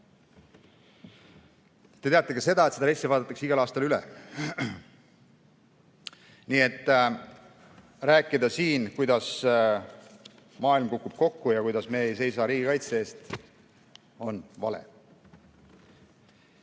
Te teate ka seda, et RES vaadatakse igal aastal üle. Nii et rääkida siin, kuidas maailm kukub kokku ja kuidas me ei seisa riigikaitse eest, on vale.